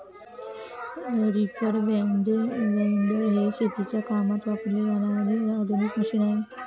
reaper binder हे शेतीच्या कामात वापरले जाणारे आधुनिक मशीन आहे